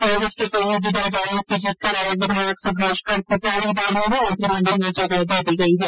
कांग्रेस के सहयोगी दल रालोद से जीतकर आये विधायक सुभाष गर्ग को पहली बार में ही मंत्रिमंडल में जगह दे दी गई है